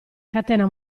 catena